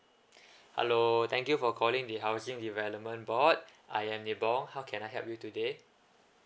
hello thank you for calling the housing development board I am ni bong how can I help you today